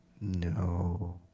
No